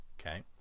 Okay